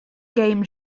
game